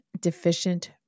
deficient